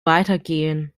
weitergehen